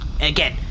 Again